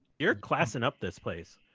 you're classing up this place.